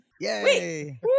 Yay